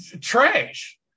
trash